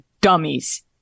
dummies